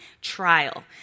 trial